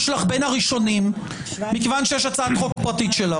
אני חושבת שזה מעט מדי ומאוחר מדי ולא נכון לחוקק זאת עכשיו.